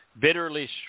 bitterly